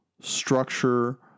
structure